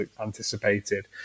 anticipated